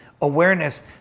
awareness